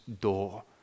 door